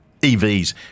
EVs